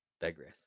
digress